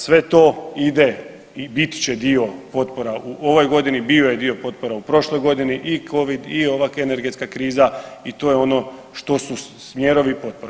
Sve to ide i bit će dio potpora u ovoj godini, bio je dio potpora u prošloj godini i Covid i ova energetska kriza i to je ono što su smjerovi potpora.